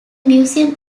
museum